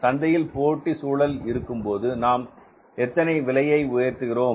சந்தையில் போட்டி சூழல் இருக்கும்போது நாம் எத்தனை விலையை உயர்த்துகிறோம்